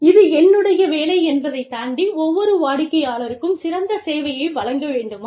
இது என்னுடைய வேலை என்பதைத் தாண்டி ஒவ்வொரு வாடிக்கையாளருக்கும் சிறந்த சேவையை வழங்க வேண்டுமா